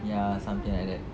ya something like that